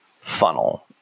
funnel